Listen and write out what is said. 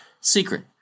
secret